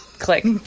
click